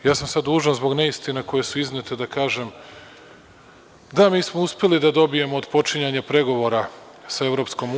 Ja sam sada dužan zbog neistina koje su iznete da kažem, da mi smo uspeli da dobijemo otpočinjanje pregovora sa EU.